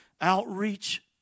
outreach